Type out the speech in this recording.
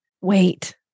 Wait